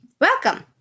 Welcome